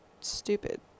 stupid